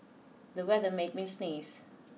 the weather made me sneeze